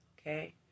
Okay